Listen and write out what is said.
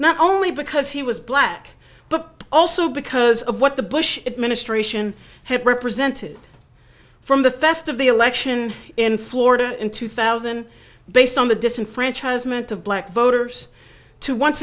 not only because he was black but also because of what the bush administration had represented from the theft of the election in florida in two thousand based on the disenfranchisement of black voters to once